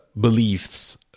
beliefs